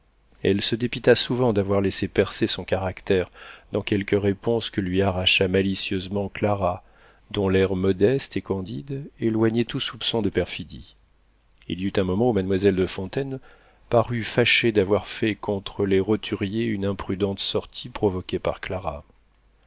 elle se dépita souvent d'avoir laissé percer son caractère dans quelques réponses que lui arracha malicieusement clara dont l'air modeste et candide éloignait tout soupçon de perfidie il y eut un moment où mademoiselle de fontaine parut fâchée d'avoir fait contre les roturiers une imprudente sortie provoquée par clara